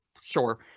sure